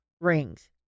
rings